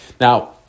Now